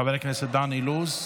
חבר הכנסת דן אילוז,